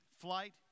flight